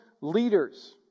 leaders